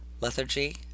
lethargy